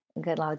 good